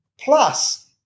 plus